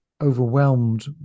overwhelmed